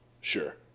sure